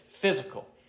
physical